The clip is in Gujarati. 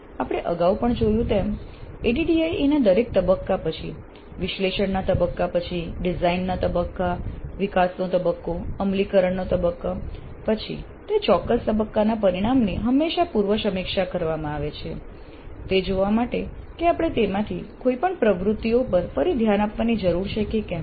આપણે અગાઉ પણ જોયું તેમ ADDIE ના દરેક તબક્કા પછી વિશ્લેષણના તબક્કા પછી ડિઝાઇન નો તબક્કો વિકાસના તબક્કો અમલીકરણના તબક્કા પછી તે ચોક્કસ તબક્કાના પરિણામની હંમેશા પૂર્વ સમીક્ષા કરવામાં આવે છે તે જોવા માટે કે આપણે તેમાંથી કોઈપણ પ્રવૃત્તિઓ પર ફરી ધ્યાન આપવાની જરૂર છે કે કેમ